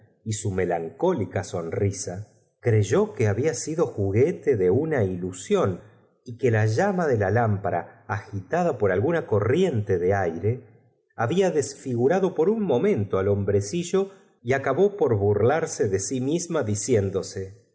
y su melancólica sonrisa creyó que había sido juguete de una ilusión y que la llama de la lámpara agitada por alguna cortiente de aire babia desfigurado por un momento al hombrecillo y nca bó por burlarse de sí misma diciendóse